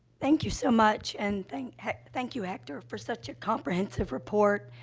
thank you so much, and thank thank you, hector, for such a comprehensive report,